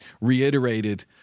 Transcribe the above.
reiterated